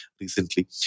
recently